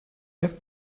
ever